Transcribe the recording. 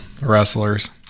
wrestlers